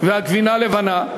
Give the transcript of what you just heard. והגבינה הלבנה.